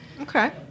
Okay